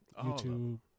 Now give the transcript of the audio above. YouTube